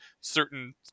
certain